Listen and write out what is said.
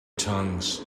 tongues